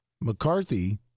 McCarthy